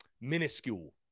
minuscule